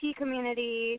community